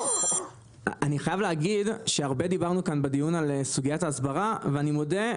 אני חייב להגיד שהרבה דיברנו כאן בדיון על סוגיית ההסברה ואני מודה,